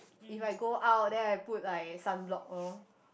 if I go out then I put like sunblock lor